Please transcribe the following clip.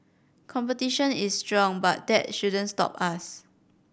competition is strong but that shouldn't stop us